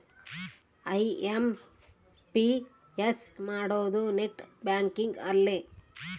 IMPS ಮಾಡೋದು net banking ಅಲ್ಲೆ